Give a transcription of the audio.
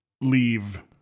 leave